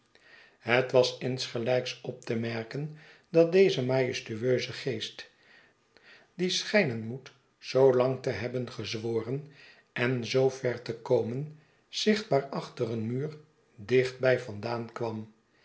het was insgelijks op te merken dat deze majestueuze geest die schijnen moet zoo lang te hebben gezworven en zoo ver te komen zichtbaar achter een muur dichtby vandaan kwam